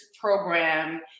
program